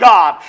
God